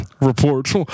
reports